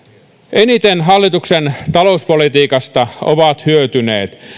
eniten hallituksen talouspolitiikasta ovat hyötyneet